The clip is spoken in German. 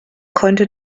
konnte